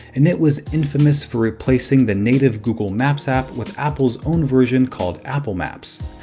and it was infamous for replacing the native google maps app with apple's own version called apple maps.